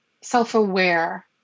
self-aware